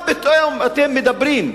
מה פתאום אתם מדברים?